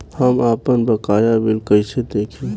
हम आपनबकाया बिल कइसे देखि?